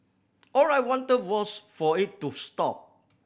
all I wanted was for it to stop